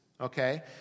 okay